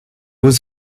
was